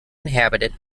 inhabited